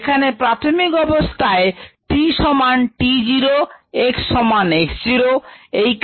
এখানে প্রাথমিক অবস্থায় t সমান t zero x সমান x zero